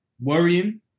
worrying